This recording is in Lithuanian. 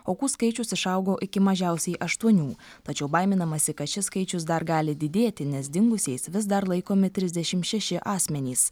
aukų skaičius išaugo iki mažiausiai aštuonių tačiau baiminamasi kad šis skaičius dar gali didėti nes dingusiais vis dar laikomi trisdešim šeši asmenys